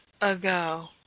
ago